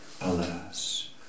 alas